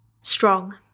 strong